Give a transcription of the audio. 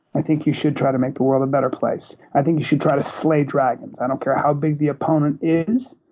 i think you should try to make the world a better place. i think you should try to slay dragons. i don't care how big the opponent is.